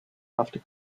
after